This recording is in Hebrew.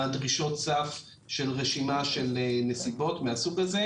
הדרישות סף של רשימת נסיבות מהסוג הזה.